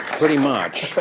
pretty much.